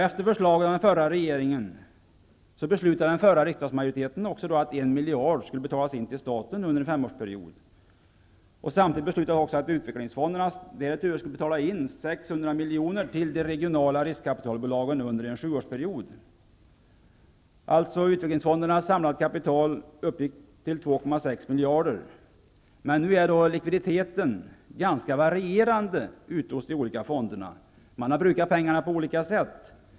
Efter förslag av den förra regeringen beslutade den förra riksdagsmajoriteten att 1 miljard skulle betalas in till staten under en femårsperiod. Samtidigt beslutades det också att utvecklingsfonderna därutöver under en sjuårsperiod skall betala in 600 Utvecklingsfondernas samlade kapital uppgick alltså till 2,6 miljarder. Nu är dock likviditeten ganska varierande ute hos de olika fonderna. Man har brukat pengarna på olika sätt.